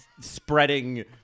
spreading